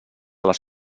les